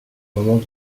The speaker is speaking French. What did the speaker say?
moment